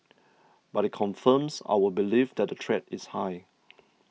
but it confirms our belief that the threat is high